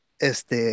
Este